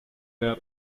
their